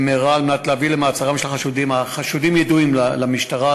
במהרה על מנת להביא למעצרם של החשודים החשודים ידועים למשטרה,